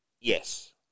Yes